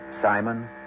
Simon